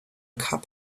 cup